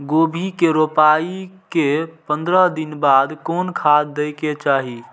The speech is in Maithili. गोभी के रोपाई के पंद्रह दिन बाद कोन खाद दे के चाही?